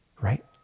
Right